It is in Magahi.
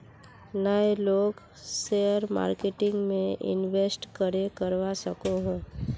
नय लोग शेयर मार्केटिंग में इंवेस्ट करे करवा सकोहो?